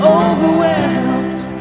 overwhelmed